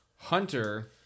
hunter